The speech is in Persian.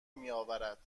میآورد